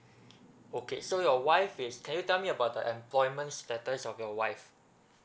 okay so your wife is can you tell me about the employment status of your wife